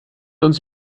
uns